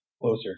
closer